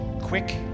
quick